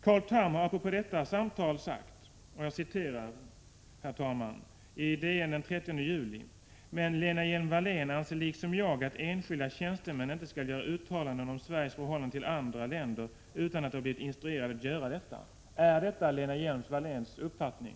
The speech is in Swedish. Carl Tham har apropå detta samtal sagt i DN den 30 juni: ”Men Lena Hjelm-Wallén anser liksom jag att enskilda tjänstemän inte skall göra uttalanden om Sveriges förhållanden till andra länder utan att de har blivit instruerade att göra det.” Är detta Lena Hjelm-Walléns uppfattning?